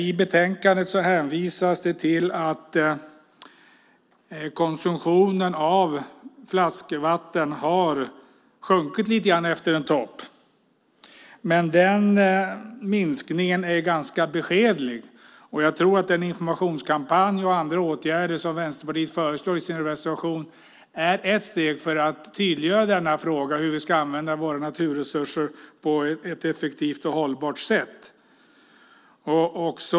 I betänkandet hänvisas till att konsumtionen av flaskvatten har sjunkit lite grann efter en topp, men den minskningen är ganska beskedlig. Jag tror att en informationskampanj och andra åtgärder som Vänsterpartiet föreslår i sin reservation är ett steg för att tydliggöra denna fråga om hur vi ska använda våra naturresurser på ett effektivt och hållbart sätt.